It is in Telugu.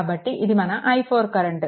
కాబట్టి ఇది మన i4 కరెంట్